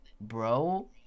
bro